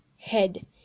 head